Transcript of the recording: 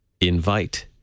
Invite